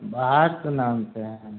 बाहर से लानते है